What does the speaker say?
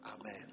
Amen